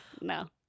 No